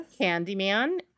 Candyman